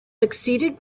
succeeded